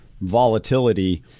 volatility